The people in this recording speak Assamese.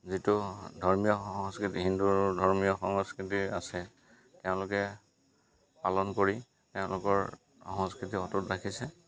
যিটো ধৰ্মীয় সংস্কৃতি হিন্দু ধৰ্মীয় সংস্কৃতি আছে তেওঁলোকে পালন কৰি তেওঁলোকৰ সংস্কৃতি অটুট ৰাখিছে